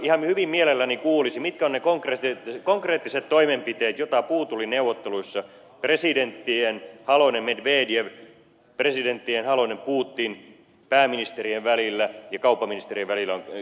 ihan hyvin mielelläni kuulisin mitkä ovat ne konkreettiset toimenpiteet joita puutullineuvotteluissa presidenttien halonen ja medvedev presidenttien halonen ja putin pääministerien ja kauppaministerien välillä olisi pitänyt tehdä